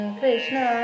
krishna